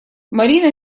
марина